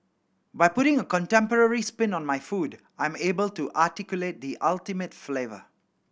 by putting a contemporary spin on my food I'm able to articulate the ultimate flavour